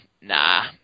Nah